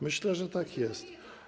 Myślę, że tak jest.